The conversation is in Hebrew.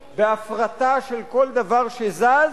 בהפרטה של כל דבר שזז,